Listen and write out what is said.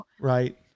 Right